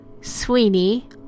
Sweeney